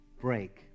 break